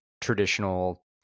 traditional